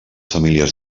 famílies